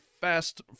fast